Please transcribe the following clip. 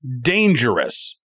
dangerous